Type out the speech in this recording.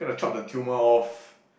gotta chop the tumour off